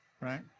right